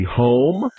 home